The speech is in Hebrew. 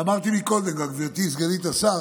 ואמרתי קודם, גברתי סגנית השר,